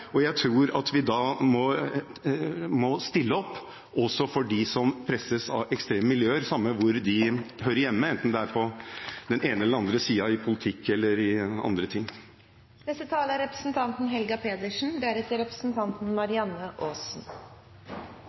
arbeidslivet. Jeg tror at vi da må stille opp også for dem som presses av ekstreme miljøer, samme hvor de hører hjemme, om det er på den ene eller den andre siden i politikken eller på andre områder. Jeg skal fortsette der representanten Bøhler slapp. Noen av de spørsmålene som det har vært mest strid om i